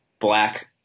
Black